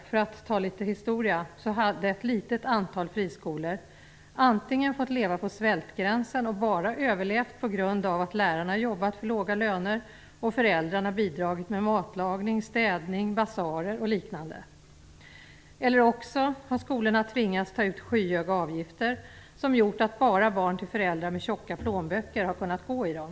För att nämna litet historia har ett litet antal friskolor under många år antingen fått leva på svältgränsen - de har har bara överlevt på grund av att lärarna jobbat för låga löner och genom att föräldrarna har bidragit med matlagning, städning, basarer och liknande - eller så har skolorna tvingats ta ut skyhöga avgifter, vilket har medfört att bara barn till föräldrar med tjocka plånböcker har kunnat gå i friskola.